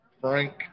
frank